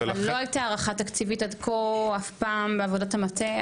אבל לא הייתה הערכה תקציבית עד כה אף פעם בעבודות המטה,